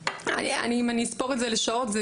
אם אני אספור את זה לשעות,